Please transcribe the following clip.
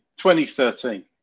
2013